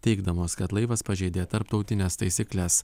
teigdamos kad laivas pažeidė tarptautines taisykles